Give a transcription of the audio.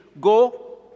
go